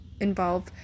involve